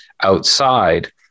outside